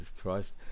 Christ